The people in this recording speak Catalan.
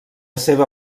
seva